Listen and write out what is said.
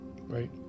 right